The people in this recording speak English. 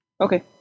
Okay